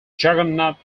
jagannath